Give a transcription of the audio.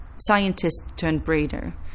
scientist-turned-breeder